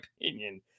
opinion